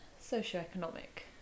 socio-economic